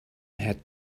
had